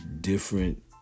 different